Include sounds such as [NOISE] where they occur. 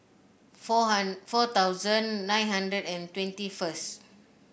four [UNINTELLIGIBLE] four thousand nine hundred and twenty first